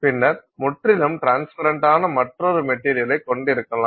பின்னர் முற்றிலும் ட்ரான்ஸ்பரண்டான மற்றொரு மெட்டீரியல்லை கொண்டிருக்கலாம்